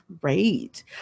Great